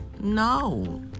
No